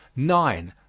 nine.